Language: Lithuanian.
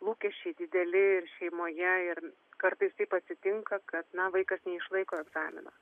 lūkesčiai dideli ir šeimoje ir kartais taip atsitinka kad vaikas neišlaiko egzamino